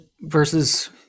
Versus